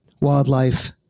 wildlife